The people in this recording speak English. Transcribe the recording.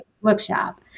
Workshop